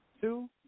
Two